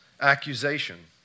accusation